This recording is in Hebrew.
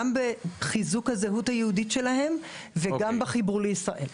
בחיזוק היהודית שלהם וגם בחיבור לישראל.